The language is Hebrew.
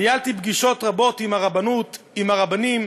ניהלתי פגישות רבות עם הרבנות, עם הרבנים,